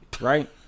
right